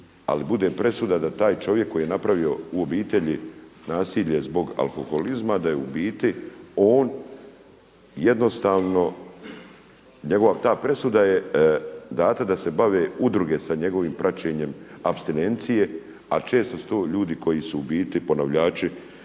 ali bude presuda da taj čovjek koji je napravio u obitelji nasilje zbog alkoholizma da je u biti on jednostavno njegova ta presuda dana da se bave udruge sa njegovim praćenjem apstinencije, a često su to ljudi koji su u biti ponavljači